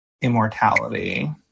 immortality